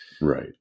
Right